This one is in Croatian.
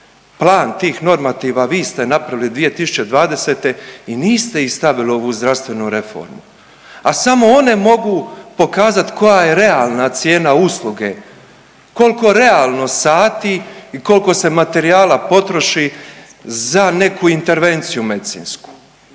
Plan tih normativa vi ste napravili 2020. i niste ih stavili u ovu zdravstvenu reformu, a samo one mogu pokazati koja je realna cijena usluge, koliko realno sati i koliko se materijala potroši za neku intervenciju medicinsku.